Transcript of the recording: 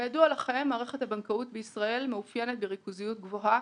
מערכת הבנקאות בישראל מאופיינת בריכוזיות גבוהה.